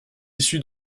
issu